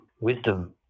Wisdom